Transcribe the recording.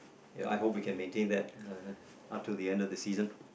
ya I hope we can maintain that up to the end of the season